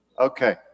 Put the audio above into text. okay